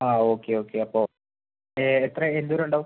ആ okay okay അപ്പോൾ എത്ര എന്തോരം ഉണ്ടാവും